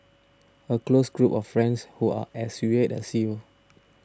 a close group of friends who are as weird as you